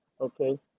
okay